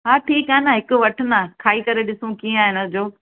हा ठीकु आहे न हिकु वठ न खाई करे ॾिसूं कीअं आहे हिन जो